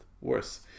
worse